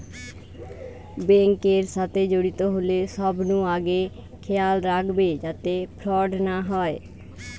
bank এর সাথে জড়িত হলে সবনু আগে খেয়াল রাখবে যাতে ফ্রড না হয়